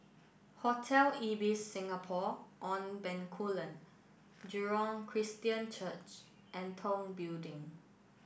Hotel Ibis Singapore on Bencoolen Jurong Christian Church and Tong Building